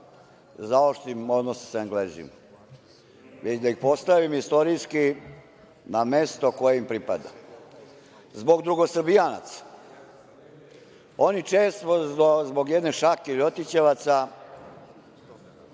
zaoštrim odnose sa Englezima, niti da ih postavim istorijski na mesto koje im pripada, zbog drugosrbijanaca. Oni često zbog jedne šake Ljotićevaca,